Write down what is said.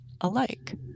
alike